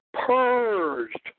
purged